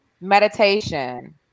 meditation